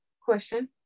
question